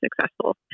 successful